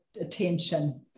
attention